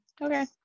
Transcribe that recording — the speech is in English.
Okay